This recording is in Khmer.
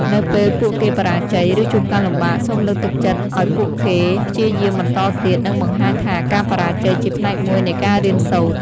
នៅពេលពួកគេបរាជ័យ ឬជួបការលំបាក សូមលើកទឹកចិត្តឲ្យពួកគេព្យាយាមបន្តទៀត និងបង្ហាញថាការបរាជ័យជាផ្នែកមួយនៃការរៀនសូត្រ។